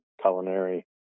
culinary